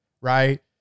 right